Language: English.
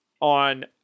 on